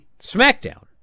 SmackDown